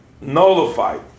nullified